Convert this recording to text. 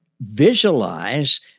visualize